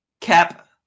Cap